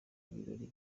ibirori